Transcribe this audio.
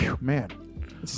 Man